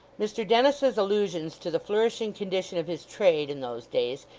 mr dennis's allusions to the flourishing condition of his trade in those days,